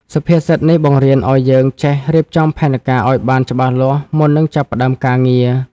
សុភាសិតនេះបង្រៀនឱ្យយើងចេះរៀបចំផែនការឱ្យបានច្បាស់លាស់ មុននឹងចាប់ផ្ដើមការងារ។